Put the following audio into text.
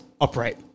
upright